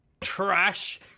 Trash